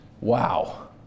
Wow